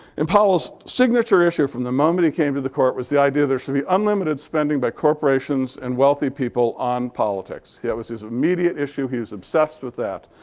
and powell's signature issue from the moment he came to the court was the idea there should be unlimited spending by corporations and wealthy people on politics. that was his immediate issue. he was obsessed with that.